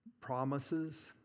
promises